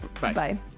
bye